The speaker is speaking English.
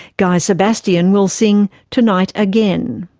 guy sebastian will sing tonight again.